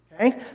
okay